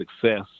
success